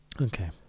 Okay